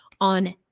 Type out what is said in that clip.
on